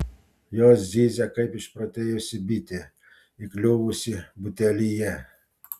jos zyzia kaip išprotėjusi bitė įkliuvusi butelyje